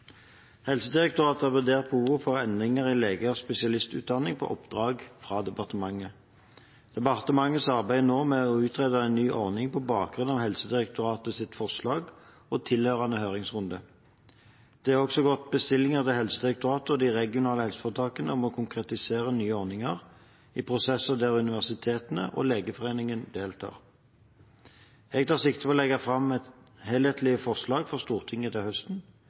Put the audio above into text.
Helsedirektoratet har vurdert behovet for endringer i legers spesialistutdanning på oppdrag fra departementet. Departementet arbeider nå med å utrede en ny ordning på bakgrunn av Helsedirektoratets forslag og tilhørende høringsrunde. Det har også gått bestillinger til Helsedirektoratet og de regionale helseforetakene om å konkretisere nye ordninger i prosesser der universitetene og Legeforeningen deltar. Jeg tar sikte på å legge fram et helhetlig forslag for Stortinget til høsten.